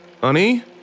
Honey